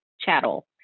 chattel